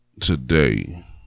today